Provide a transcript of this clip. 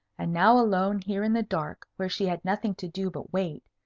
and now alone here in the dark, where she had nothing to do but wait,